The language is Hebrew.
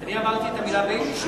אני אמרתי את המלה "ביינישים"?